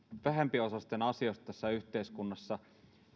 vähempiosaisten asioista tässä yhteiskunnassa